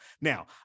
Now